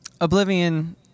oblivion